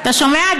אתה שומע,